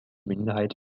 minderheit